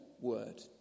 word